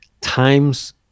times